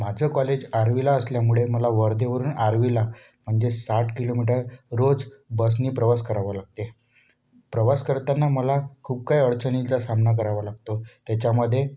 माझं कॉलेज आर्वीला असल्यामुळे मला वर्धेवरुन आर्वीला म्हणजे साठ किलोमीटर रोज बसने प्रवास करावा लागते प्रवास करताना मला खूप काही अडचणींचा सामना करावा लागतो त्याच्यामध्ये